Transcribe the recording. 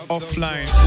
Offline